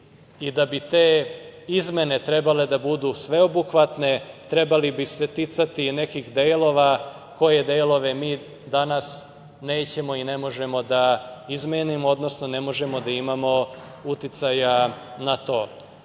i da bi te izmene trebale da budu sveobuhvatne, trebalo bi se ticati nekih delova, koje delove mi danas nećemo i ne možemo da izmenimo, odnosno ne možemo da imamo uticaja na to. Ja